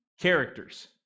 characters